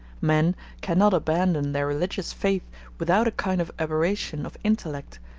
men cannot abandon their religious faith without a kind of aberration of intellect,